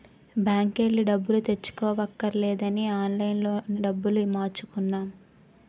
బాంకెల్లి డబ్బులు తెచ్చుకోవక్కర్లేదని ఆన్లైన్ లోనే డబ్బులు మార్చుకున్నాం